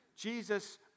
Jesus